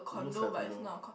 looks like a condo